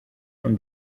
from